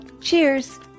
Cheers